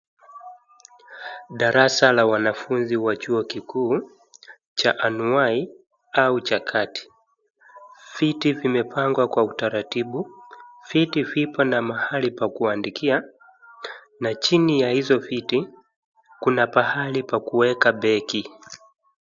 Darasa la wanafunzi wa chuo kikuu cha anwai au cha kati. Viti vimepangwa kwa utaratibu viti viko na mahali pa kuandikia na chini ya hizo viti kuna mahali pa kuweka begi.